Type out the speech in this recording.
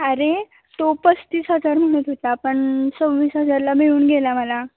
अरे तो पस्तीस हजार म्हणत होता पण सव्वीस हजारला मिळून गेला मला